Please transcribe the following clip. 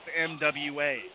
MWA